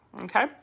Okay